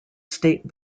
state